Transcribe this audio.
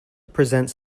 presents